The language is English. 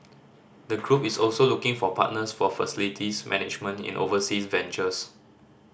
the group is also looking for partners for facilities management in overseas ventures